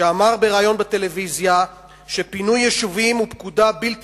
שאמר בריאיון בטלוויזיה שפינוי יישובים הוא פקודה בלתי